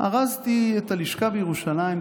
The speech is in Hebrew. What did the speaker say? ארזתי את השלכה בירושלים,